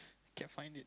can't find it